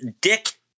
Dick